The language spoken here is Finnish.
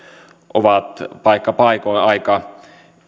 ovat paikka paikoin aika